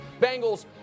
Bengals